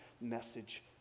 message